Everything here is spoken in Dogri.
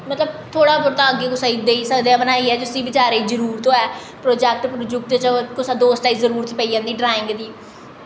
मतलब थोह्ड़ा बौह्ता अग्गें कुसेगी देई सकदे आं जिस्सी बचैरे गी जरूरत होऐ प्रोजैक्ट प्रुजैक्ट च कुसै दोस्ते गी जरूरत पेई जंदी ड्राईंग दी